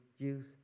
juice